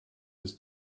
ist